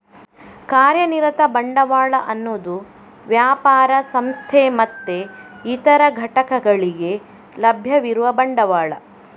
ಕಾರ್ಯನಿರತ ಬಂಡವಾಳ ಅನ್ನುದು ವ್ಯಾಪಾರ, ಸಂಸ್ಥೆ ಮತ್ತೆ ಇತರ ಘಟಕಗಳಿಗೆ ಲಭ್ಯವಿರುವ ಬಂಡವಾಳ